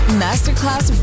masterclass